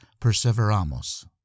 Perseveramos